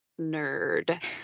nerd